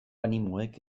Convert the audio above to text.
animoek